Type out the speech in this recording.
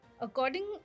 according